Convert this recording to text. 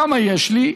כמה יש לי,